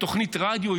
בתוכנית רדיו,